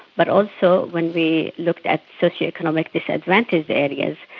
but also when we looked at socio-economic disadvantaged areas,